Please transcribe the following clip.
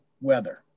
weather